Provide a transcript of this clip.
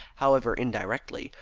however indirectly,